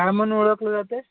काय म्हणून ओळखलं जातं आहे